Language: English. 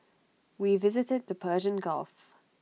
we visited the Persian gulf